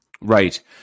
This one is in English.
Right